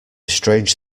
strange